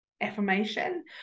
affirmation